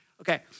Okay